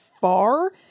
far